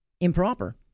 improper